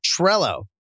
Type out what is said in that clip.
Trello